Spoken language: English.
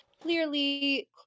clearly